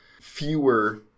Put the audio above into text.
fewer